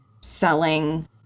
selling